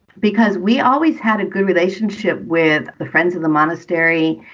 because we always had a good relationship with the friends of the monastery.